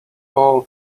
all